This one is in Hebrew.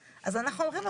עליה.